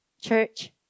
church